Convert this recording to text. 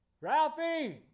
Ralphie